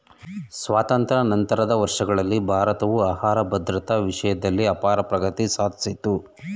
ಸ್ವಾತಂತ್ರ್ಯ ನಂತರದ ವರ್ಷಗಳಲ್ಲಿ ಭಾರತವು ಆಹಾರ ಭದ್ರತಾ ವಿಷಯ್ದಲ್ಲಿ ಅಪಾರ ಪ್ರಗತಿ ಸಾದ್ಸಿತು